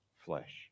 flesh